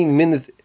minutes